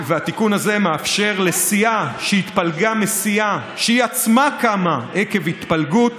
והתיקון הזה מאפשר לסיעה שהתפלגה מסיעה שהיא עצמה קמה עקב התפלגות